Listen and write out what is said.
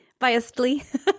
biasedly